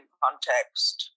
context